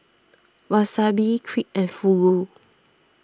Wasabi Crepe and Fugu